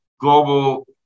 global